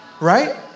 Right